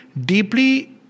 Deeply